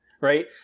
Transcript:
right